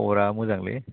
खब'रा मोजांलै